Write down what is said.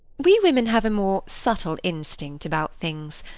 we women have a more subtle instinct about things.